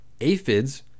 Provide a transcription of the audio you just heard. Aphids